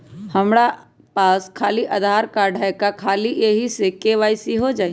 हमरा पास खाली आधार कार्ड है, का ख़ाली यही से के.वाई.सी हो जाइ?